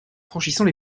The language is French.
franchissant